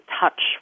touch